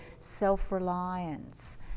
self-reliance